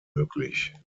möglich